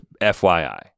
FYI